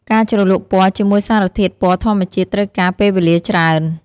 ការជ្រលក់ពណ៌ជាមួយសារធាតុពណ៌ធម្មជាតិត្រូវការពេលវេលាច្រើន។